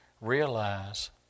realize